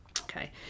Okay